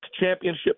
championship